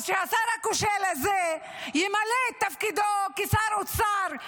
אז שהשר הכושל הזה ימלא את תפקידו כשר אוצר,